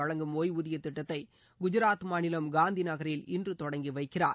வழங்கும் ஓய்வூதிய திட்டத்தை குஜராத் மாநிலம் காந்தி நகரில் இன்று தொடங்கி வைக்கிறார்